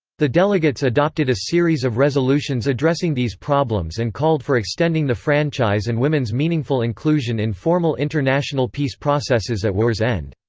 the delegates adopted a series of resolutions addressing these problems and called for extending the franchise and women's meaningful inclusion in formal international peace processes at war's end.